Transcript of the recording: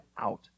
out